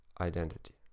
identity